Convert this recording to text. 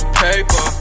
paper